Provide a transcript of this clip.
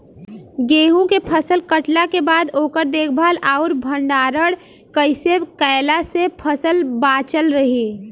गेंहू के फसल कटला के बाद ओकर देखभाल आउर भंडारण कइसे कैला से फसल बाचल रही?